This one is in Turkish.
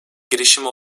girişimi